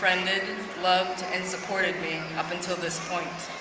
befriended, loved and supported me, up until this point.